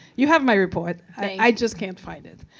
you have my report, i just can't find it.